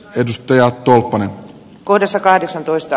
ristoja tuupanen codesa kahdeksantoista